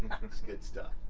good stuff,